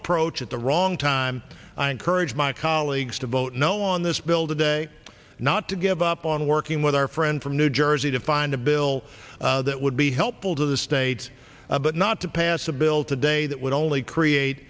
approach at the wrong time i encourage my colleagues to vote no on this bill today not to give up on working with our friend from new jersey to find a bill that would be helpful to the states but not to pass a bill today that would only create